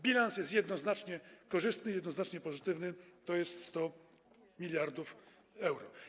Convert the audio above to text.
Bilans jest jednoznacznie korzystny i jednoznacznie pozytywny, to jest 100 mld euro.